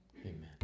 Amen